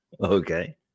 okay